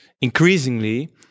increasingly